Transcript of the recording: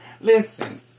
Listen